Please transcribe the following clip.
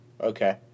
Okay